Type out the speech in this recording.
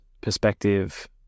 perspective